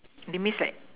demise like